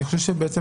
אני חושב,